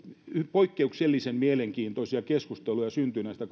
poikkeuksellisen mielenkiintoisia keskusteluja syntyy näistä